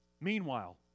Meanwhile